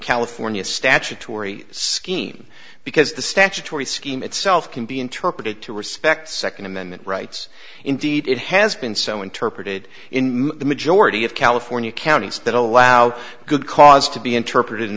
california statutory scheme because the statutory scheme itself can be interpreted to respect second amendment rights indeed it has been so interpreted in the majority of california counties that allow good cause to be interpreted in